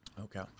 Okay